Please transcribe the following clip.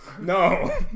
no